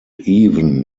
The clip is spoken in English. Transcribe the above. even